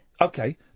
Okay